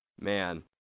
Man